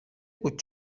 بود